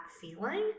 feeling